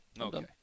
Okay